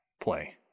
play